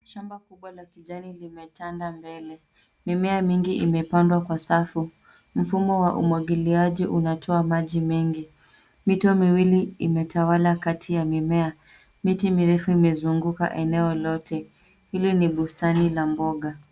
Shamba kubwa la kijani limetanda mbele. Mimea mingi imepandwa kwa safu. Mfumo wa umwagiliaji unatoa maji mengi. Mito miwili imetawala kati ya mimea. Miti mirefu imezunguka eneo lote. Hili ni bustani la mboga.